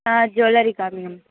ஆ jewellery காமிங்க ma'am